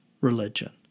religion